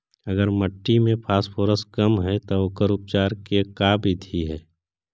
अगर मट्टी में फास्फोरस कम है त ओकर उपचार के का बिधि है?